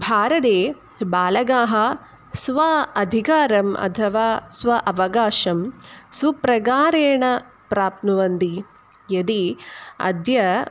भारते बालकाः स्व अधिकारम् अथवा स्व अवकाशं सुप्रकारेण प्राप्नुवन्ति यदि अद्य